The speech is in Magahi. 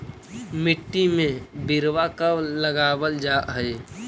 मिट्टी में बिरवा कब लगावल जा हई?